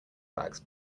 bags